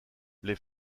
les